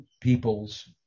peoples